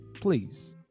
please